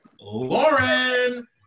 Lauren